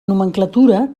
nomenclatura